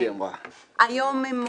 היום מועסקים,